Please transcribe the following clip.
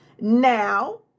Now